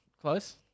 close